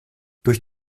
durch